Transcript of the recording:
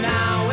Now